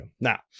now